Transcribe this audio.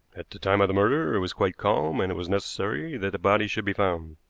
at the time of the murder it was quite calm, and it was necessary that the body should be found.